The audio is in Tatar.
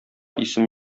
исем